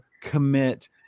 commit